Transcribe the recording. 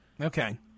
okay